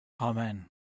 Amen